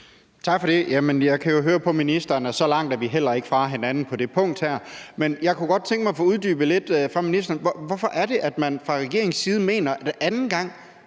Jeg kan jo høre på ministeren, at så langt er vi heller ikke fra hinanden på det punkt. Men jeg kunne godt tænke mig at få uddybet lidt fra ministerens side. Hvorfor er det, at man fra regeringens side mener, at anden gang